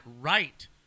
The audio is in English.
right